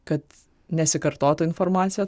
kad nesikartotų informacija